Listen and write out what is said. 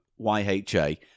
YHA